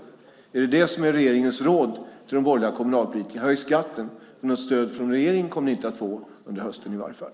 Det är ju det som är regeringens råd till de borgerliga kommunalpolitikerna: Höj skatten, men något stöd från regeringen kommer ni inte att få under hösten i varje fall.